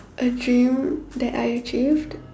I dream that I achieved